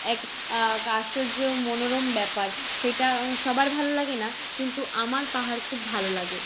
এক কা আশ্চর্য মনোরম ব্যাপার সেটা সবার ভালো লাগে না কিন্তু আমার পাহাড় খুব ভালো লাগে